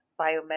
biomedical